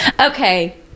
Okay